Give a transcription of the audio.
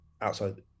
outside